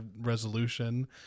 resolution